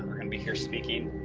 can be here speaking